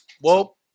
Whoa